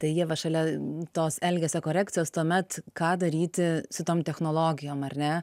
tai ieva šalia tos elgesio korekcijos tuomet ką daryti su tom technologijom ar ne